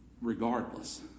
regardless